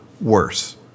worse